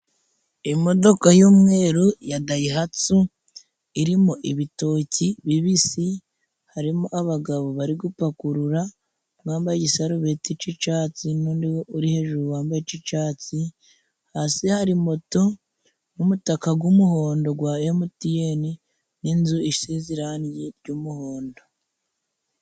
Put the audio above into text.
Imodoka y'umweru ya dayihatsu iririmo ibitoki bibisi. Harimo abagabo bari gupakurura umwe wambaye igisarubeti c'icatsi, n'undi uri hejuru wambaye ic' icatsi. Hasi hari moto n'umutaka g'umuhondo gwa emutiyeni, n'inzu isize irangi ry'umuhondo.